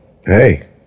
hey